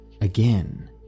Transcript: Again